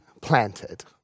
planted